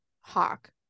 Hawk